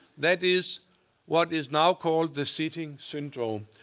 that is what is now called the sitting syndrome.